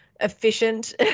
efficient